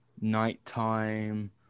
nighttime